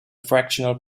fractional